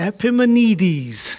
Epimenides